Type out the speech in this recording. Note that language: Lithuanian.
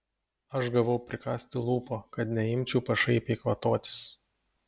aš gavau prikąsti lūpą kad neimčiau pašaipiai kvatotis